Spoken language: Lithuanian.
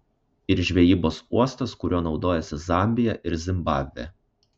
ir žvejybos uostas kuriuo naudojasi zambija ir zimbabvė